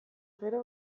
gero